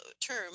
term